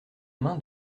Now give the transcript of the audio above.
main